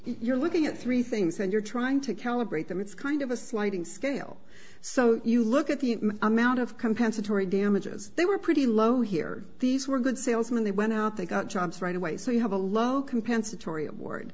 you're looking at three things and you're trying to calibrate them it's kind of a sliding scale so you look at the amount of compensatory damages they were pretty low here these were good salesmen they went out they got jobs right away so you have a low compensatory award